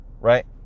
right